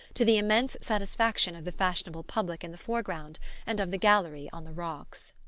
to the immense satisfaction of the fashionable public in the foreground and of the gallery on the rocks.